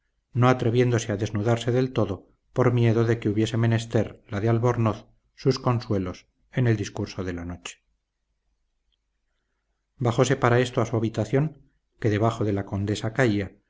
no atreviéndose a desnudarse del todo por miedo de que hubiese menester la de albornoz sus consuelos en el discurso de la noche bajóse para esto a su habitación que debajo de la condesa caía